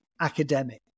academic